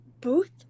booth